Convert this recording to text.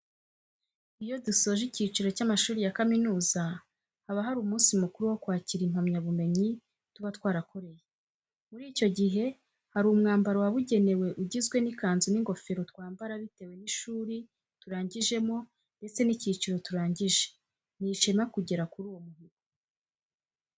Iyo dusoje ikiciro cy'amashuri ya kaminuza, haba umunsi mukuru wo kwakira impamya bumenyi tuba twarakoreye. Muri icyo gihe hari umwambaro wabugenewe ugizwe n'ikanzu n'ingofero twambara bitewe n'ishuri turangijemo ndetse n'ikiciro turangije, ni ishema kugera kuri uwo muhigo.